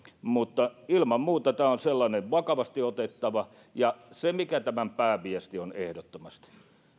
mutta ilman muuta tämä on sellainen vakavasti otettava ja se mikä tämän pääviesti on ehdottomasti